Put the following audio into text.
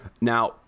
Now